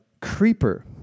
creeper